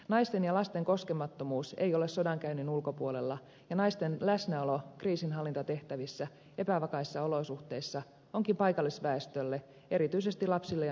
naisten ja lasten koskemattomuus ei ole turvattua sodankäynnissä ja naisten läsnäolo kriisinhallintatehtävissä epävakaissa olosuhteissa onkin paikallisväestölle erityisesti lapsille ja naisille tärkeää